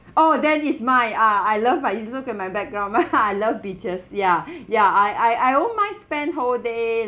oh that is mine ah I love but you look at my background my I love beaches ya yeah I I I won't mind spend whole day